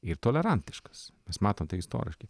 ir tolerantiškas mes matom tai istoriškai